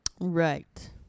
Right